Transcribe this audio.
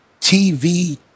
TV